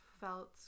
felt